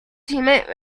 teammate